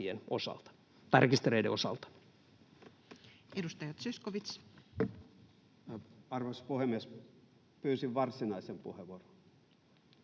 [Ben Zyskowicz: Arvoisa puhemies! Pyysin varsinaisen puheenvuoron.]